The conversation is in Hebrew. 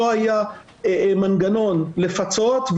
לא היה מנגנון לפצות,